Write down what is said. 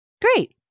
Great